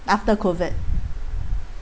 after COVID